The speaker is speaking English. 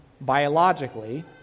biologically